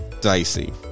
dicey